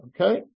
Okay